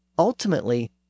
Ultimately